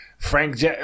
Frank